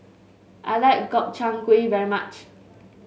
I like Gobchang Gui very much